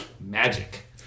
Magic